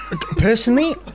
personally